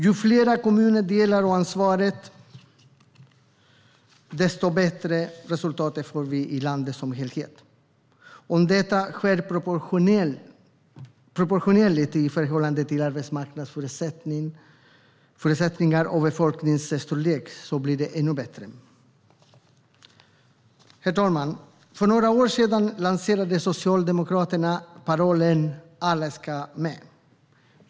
Ju fler kommuner som delar på ansvaret, desto bättre resultat får vi i landet som helhet. Om detta sker proportionerligt, i förhållande till arbetsmarknadsförutsättningar och befolkningsstorlek, blir det ännu bättre. För några år sedan lanserade Socialdemokraterna parollen Alla ska med.